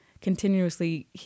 continuously